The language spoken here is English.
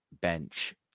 bench